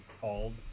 called